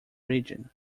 region